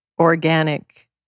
organic